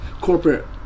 corporate